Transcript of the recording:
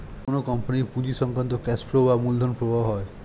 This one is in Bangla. কোন কোম্পানির পুঁজি সংক্রান্ত ক্যাশ ফ্লো বা মূলধন প্রবাহ হয়